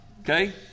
okay